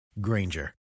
Granger